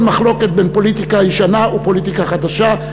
מחלוקת בין פוליטיקה ישנה ופוליטיקה חדשה.